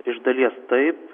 iš dalies taip